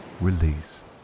release